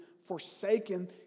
forsaken